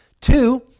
Two